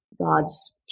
god's